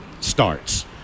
starts